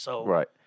Right